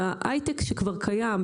בהייטק שכבר קיים,